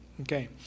Okay